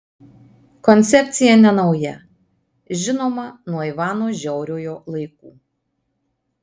koncepcija nenauja žinoma nuo ivano žiauriojo laikų